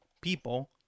people